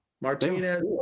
Martinez